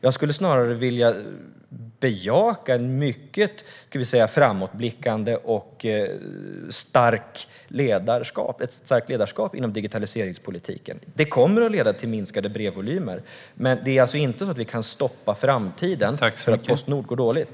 Jag skulle snarare vilja bejaka ett framåtblickande och starkt ledarskap inom digitaliseringspolitiken. Det kommer att leda till minskade brevvolymer, men vi kan alltså inte stoppa framtiden för att Postnord går dåligt.